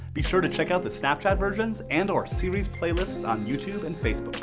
be sure to check out the snapchat versions and or series playlist on youtube and facebook.